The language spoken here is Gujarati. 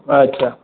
અચ્છા